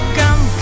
come